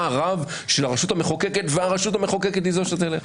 הרב של הרשות המחוקקת והרשות המחוקקת היא זו שתלך?